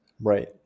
Right